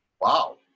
wow